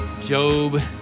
Job